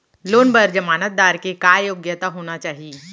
Loan बर जमानतदार के का योग्यता होना चाही?